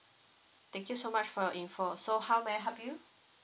thank you so much for your info so how may I help you